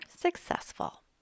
successful